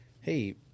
hey